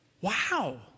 Wow